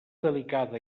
delicada